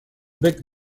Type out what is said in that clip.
bec